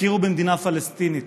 תכירו במדינה פלסטינית.